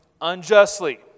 unjustly